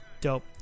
dope